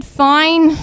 fine